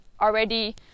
already